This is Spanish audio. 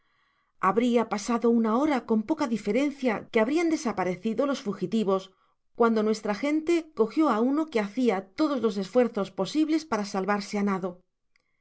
habria pasado una hora con poca diferencia que habian desaparecido los fugitivos cuando nuestra gente cogió á uno que hacia todos los esfuerzos posibles para salvarse á nado